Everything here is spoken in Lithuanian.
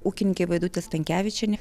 ūkininkė vaidutė stankevičienė